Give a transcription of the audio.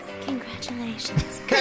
Congratulations